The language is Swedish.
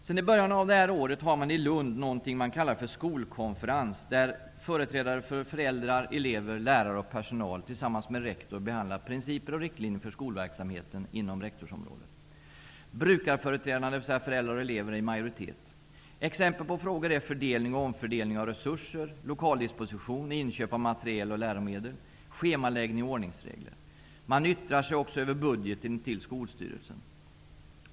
Sedan början av det här året har man i Lund något som man kallar för skolkonferens, där företrädare för föräldrar, elever, lärare och personal tillsammans med rektor behandlar principer och riktlinjer för skolverksamheten inom rektorsområdet. Brukarföreträdarna, dvs. föräldrar och elever, är i majoritet. Exempel på frågor som behandlas är fördelning och omfördelning av resurser, lokaldisposition, inköp av materiel och läromedel, schemaläggning och ordningsregler. Man yttrar sig också över budgeten till skolstyrelsen.